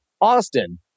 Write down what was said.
Austin